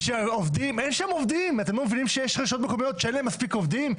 אתם לא מבינים שיש רשויות מקומיות שאין להן מספיק עובדים?